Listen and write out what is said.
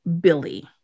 Billy